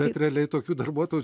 bet realiai tokių darbuotojų